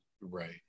Right